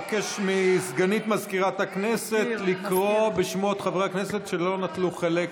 אבקש מסגנית מזכיר הכנסת לקרוא בשמות חברי הכנסת שלא נטלו חלק